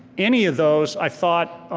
any of those, i thought